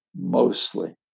mostly